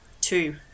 two